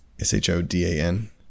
S-H-O-D-A-N